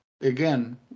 again